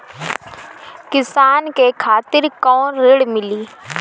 किसान के खातिर कौन ऋण मिली?